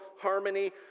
harmony